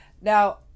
Now